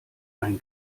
ein